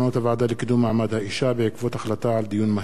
דיון מהיר בנושא: הגנה על נשים בדואיות